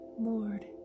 Lord